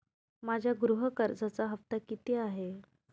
माझ्या गृह कर्जाचा हफ्ता किती आहे?